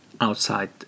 outside